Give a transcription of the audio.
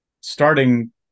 starting